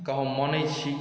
तऽ हम मानैछी